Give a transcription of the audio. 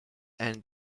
and